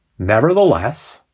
nevertheless,